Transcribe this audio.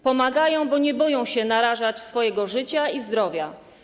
Pomagają, bo nie boją się narażać swojego życia i zdrowia.